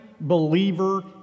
believer